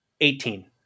Eighteen